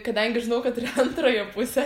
kadangi žinau kad turi antrąją pusę